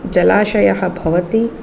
जलाशयः भवति